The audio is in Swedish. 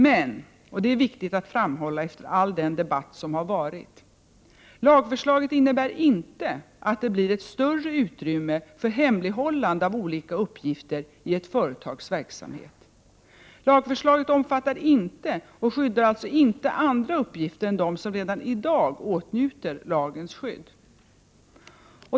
Men -— och det är viktigt att framhålla efter all den debatt som har varit — lagförslaget innebär inte att det blir ett större utrymme för hemlighållande av olika uppgifter i ett företags verksamhet. Lagförslaget omfattar inte och skyddar alltså inte andra uppgifter än dem som redan i dag åtnjuter lagens skydd.